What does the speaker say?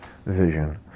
vision